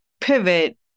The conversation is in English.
pivot